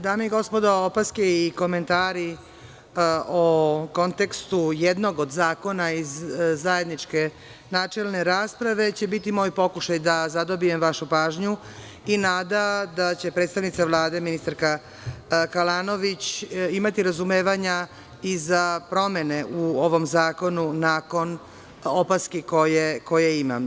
Dame i gospodo, opaske i komentari o kontekstu jednog od zakona iz zajedničke načelne rasprave će biti moj pokušaj da zadobijem vašu pažnju i nada da će predstavnica Vlade, ministarka Kalanović, imati razumevanja i za promene u ovom zakonu, nakon opaski koje imam.